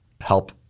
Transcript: help